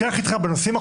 "עובדה"?